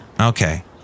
Okay